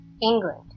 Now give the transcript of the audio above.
England